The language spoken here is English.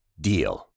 DEAL